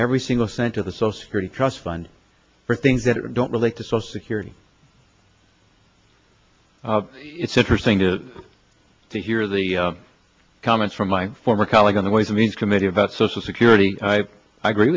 every single cent of the social security trust fund for things that don't relate to social security it's interesting to hear the comments from my former colleague on the ways and means committee about social security i agree